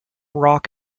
rock